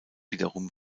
wiederum